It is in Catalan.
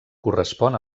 correspon